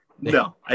No